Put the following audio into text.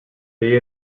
they